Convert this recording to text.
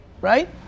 right